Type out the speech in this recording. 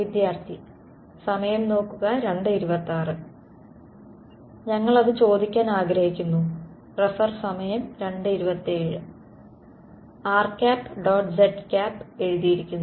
rˆ · zˆ എഴുതിയിരിക്കുന്നു